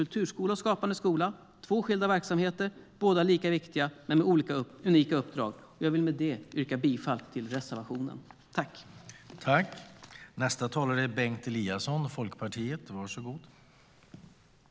Kulturskolan och Skapande skola är två skilda verksamheter. Båda är lika viktiga, men de har olika och unika uppdrag.